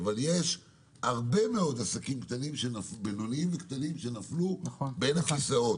אבל יש הרבה מאוד עסקים קטנים ובינוניים שנפלו בין הכיסאות.